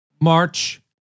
march